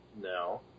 no